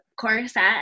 corset